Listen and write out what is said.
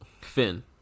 Finn